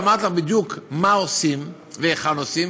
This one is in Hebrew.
ואמרתי לך בדיוק מה עושים והיכן עושים.